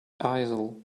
aisle